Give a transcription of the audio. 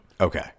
okay